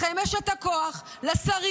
לכם יש את הכוח, לשרים,